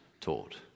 taught